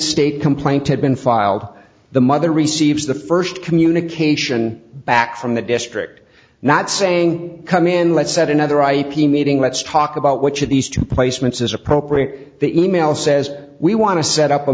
state complaint had been filed the mother receives the st communication back from the district not saying come in let's set another ip meeting let's talk about which of these two placements is appropriate the e mail says we want to set up a